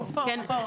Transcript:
הוא פה.